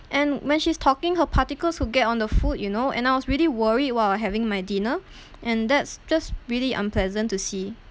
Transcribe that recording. and when she's talking her particles would get on the food you know and I was really worried while having my dinner and that's just really unpleasant to see